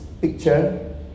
picture